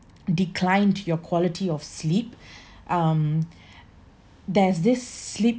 declined your quality of sleep um there's this sleep